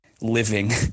living